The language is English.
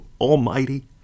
Almighty